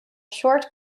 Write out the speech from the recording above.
short